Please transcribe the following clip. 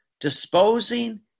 disposing